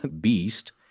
beast